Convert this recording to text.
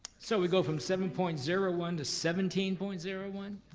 so we go from seven point zero one to seventeen point zero one